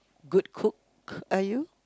good cook are you